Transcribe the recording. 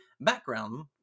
background